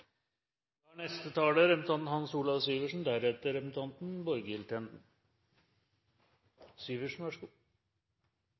Da har representanten Hans Olav Syversen